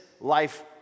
life